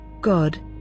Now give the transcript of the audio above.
God